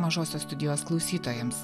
mažosios studijos klausytojams